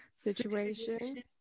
situation